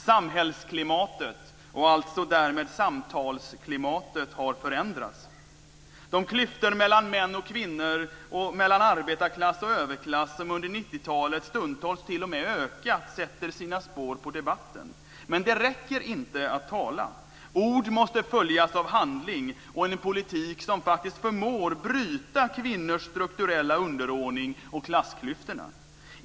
Samhällsklimatet, och alltså därmed samtalsklimatet, har förändrats. De klyftor mellan män och kvinnor och mellan arbetarklass och överklass som under 90-talet t.o.m. ökat sätter sina spår på debatten. Men det räcker inte att tala. Ord måste följas av handling och en politik som faktiskt förmår bryta kvinnors strukturella underordning och klassklyftorna.